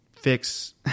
fix